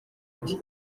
ati